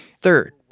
Third